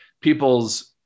people's